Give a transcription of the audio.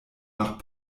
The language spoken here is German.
nach